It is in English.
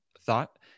thought